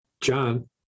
John